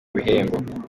bihembo